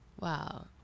Wow